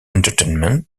entertainment